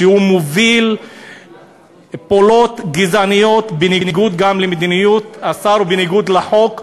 שמוביל פעולות גזעניות בניגוד למדיניות השר ובניגוד לחוק.